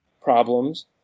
problems